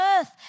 earth